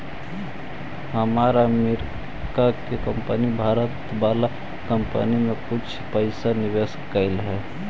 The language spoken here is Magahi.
हमार अमरीका के कंपनी भारत वाला कंपनी में कुछ पइसा निवेश कैले हइ